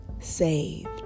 saved